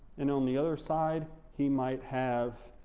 and on the other side, he might have